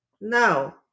Now